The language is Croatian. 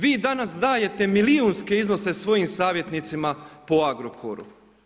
Vi danas dajete milijunske iznose svojim savjetnicima po Agrokoru.